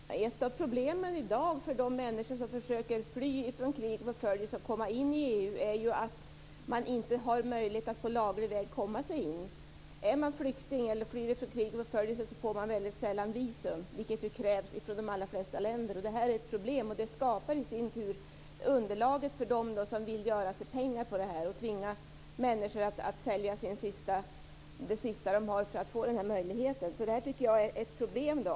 Fru talman! Ett av problemen i dag för de människor som försöker fly från krig och förföljelse och komma in i EU är ju att man inte har möjlighet att på laglig väg komma in. Är man flykting eller flyr från krig och förföljelse får man väldigt sällan visum, vilket ju krävs från de allra flesta länder. Det här är ett problem, och det skapar i sin tur underlaget för dem som vill göra sig pengar på det här och tvinga människor att sälja det sista de har för att få den här möjligheten. Det tycker jag är ett problem.